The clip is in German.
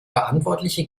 verantwortliche